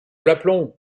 l’aplomb